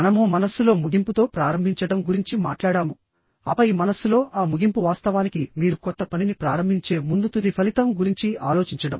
మనము మనస్సులో ముగింపుతో ప్రారంభించడం గురించి మాట్లాడాము ఆపై మనస్సులో ఆ ముగింపు వాస్తవానికి మీరు కొత్త పనిని ప్రారంభించే ముందు తుది ఫలితం గురించి ఆలోచించడం